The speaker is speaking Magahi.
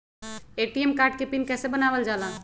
ए.टी.एम कार्ड के पिन कैसे बनावल जाला?